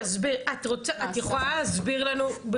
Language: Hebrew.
את יכולה להסביר לנו,